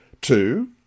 two